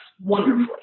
wonderfully